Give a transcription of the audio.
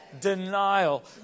Denial